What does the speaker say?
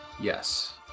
Yes